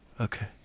Okay